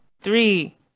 three